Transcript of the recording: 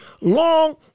long